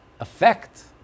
Affect